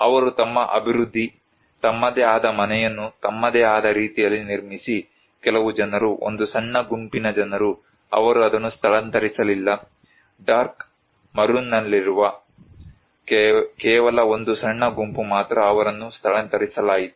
ಅವರು ತಮ್ಮ ಅಭಿವೃದ್ಧಿ ತಮ್ಮದೇ ಆದ ಮನೆಯನ್ನು ತಮ್ಮದೇ ಆದ ರೀತಿಯಲ್ಲಿ ನಿರ್ಮಿಸಿ ಕೆಲವು ಜನರು ಒಂದು ಸಣ್ಣ ಗುಂಪಿನ ಜನರು ಅವರು ಅದನ್ನು ಸ್ಥಳಾಂತರಿಸಲಿಲ್ಲ ಡಾರ್ಕ್ ಮರೂನ್ನಲ್ಲಿರುವ ಕೇವಲ ಒಂದು ಸಣ್ಣ ಗುಂಪು ಮಾತ್ರ ಅವರನ್ನು ಸ್ಥಳಾಂತರಿಸಲಾಯಿತು